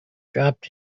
dropped